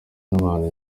n’abantu